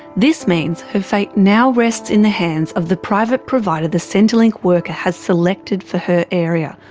this means her fate now rests in the hands of the private provider the centrelink worker has selected for her area,